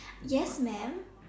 yes mam